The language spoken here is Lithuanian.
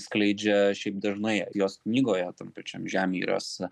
skleidžia šiaip dažnai jos knygoje tam pačiam žemjūrės